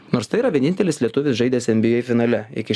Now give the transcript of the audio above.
nors tai yra vienintelis lietuvis žaidęs nba finale iki